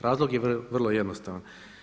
Razlog je vrlo jednostavan.